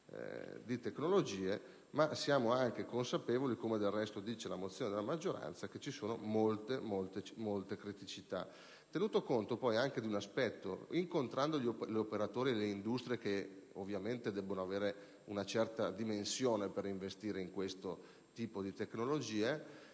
di tecnologie, ma siamo anche consapevoli, come del resto dice la mozione della maggioranza, che ci sono molte, molte criticità. Va anche tenuto conto di un altro aspetto: incontrando gli operatori delle industrie (che ovviamente debbono avere una certa dimensione per investire in questo tipo di tecnologie),